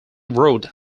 wrote